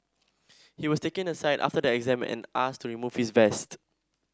he was taken aside after the exam and asked to remove his vest